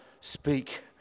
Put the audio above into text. speak